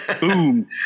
Boom